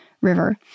river